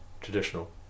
traditional